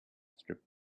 strips